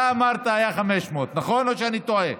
אתה אמרת שהיה 500. נכון או שאני טועה?